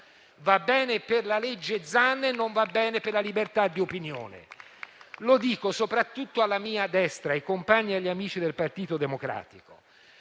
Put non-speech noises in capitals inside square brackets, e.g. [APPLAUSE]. Va bene per la legge Zan e non va bene per la libertà di opinione. [APPLAUSE] Lo dico soprattutto alla mia destra, ai compagni e agli amici del Partito Democratico,